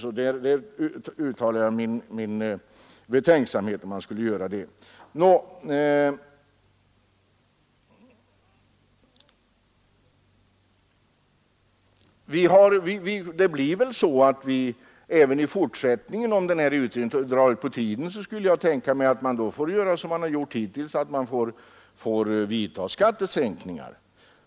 Jag uttalar alltså min betänksamhet mot att göra det. Om den här utredningen drar ut på tiden skulle jag tänka mig att vi får göra som vi har gjort hittills och vidta skattesänkningar.